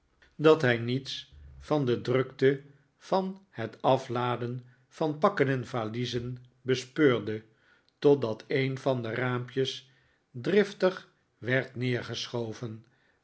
dat hij niets van de drukte van het afladen van pakken en valiezen bespeurde totdat een van de raampjes driftig werd